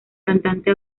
cantante